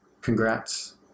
Congrats